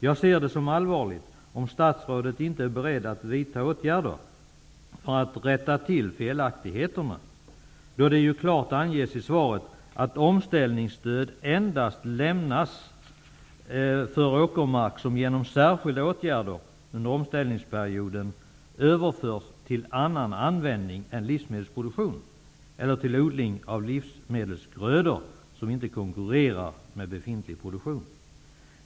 Jag ser det som allvarligt om statsrådet inte är beredd att vidta åtgärder för att rätta till felaktigheterna, då det i svaret klart anges att omställningsstöd endast skulle lämnas för åkermark som genom särskilda åtgärder under omställningsperioden överförs till annan användning än livsmedelsproduktion eller till odling av livsmedelsgrödor som inte konkurrerar med befintlig produktion.